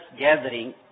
gathering